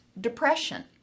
depression